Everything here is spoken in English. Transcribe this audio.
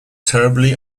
terribly